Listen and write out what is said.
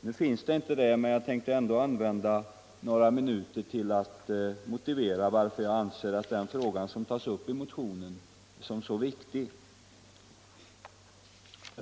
Nu finns det inte någon sådan, men jag tänkte ändå använda några minuter till att motivera varför jag anser den fråga som tas upp i motionen som så viktig.